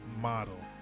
model